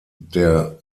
der